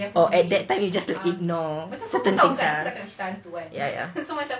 oh at that time you just ignore certain things ah ya ya